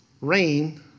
Rain